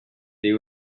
they